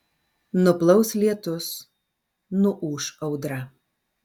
nuplaus lietus nuūš audra